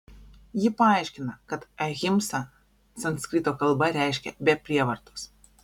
ji paaiškina kad ahimsa sanskrito kalba reiškia be prievartos